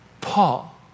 Paul